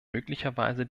möglicherweise